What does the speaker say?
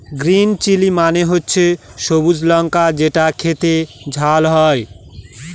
green chilli মানে হচ্ছে সবুজ লঙ্কা যেটা খেতে ঝাল হয়